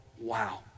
wow